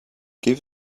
give